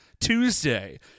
Tuesday